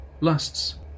lusts